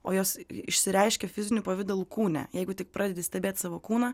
o jos išsireiškia fiziniu pavidalu kūne jeigu tik pradedi stebėt savo kūną